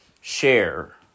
share